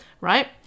right